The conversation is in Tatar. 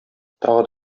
тагы